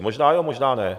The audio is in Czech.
Možná jo, možná ne.